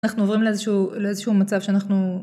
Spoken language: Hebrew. אנחנו עוברים לאיזשהו מצב שאנחנו.